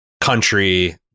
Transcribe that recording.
country